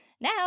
Now